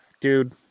dude